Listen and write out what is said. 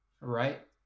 right